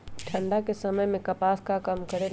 ठंडा के समय मे कपास का काम करेला?